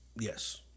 Yes